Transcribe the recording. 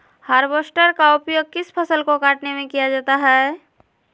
Harvester का उपयोग किस फसल को कटने में किया जाता है?